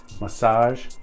Massage